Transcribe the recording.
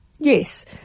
Yes